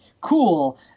cool